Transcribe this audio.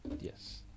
yes